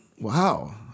Wow